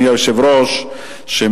אדוני היושב-ראש,